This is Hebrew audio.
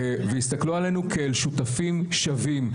והסתכלו עלינו כאל שותפים שווים,